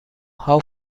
how